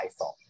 iPhone